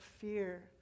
fear